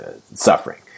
suffering